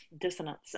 dissonance